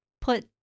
put